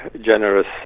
generous